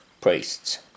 priests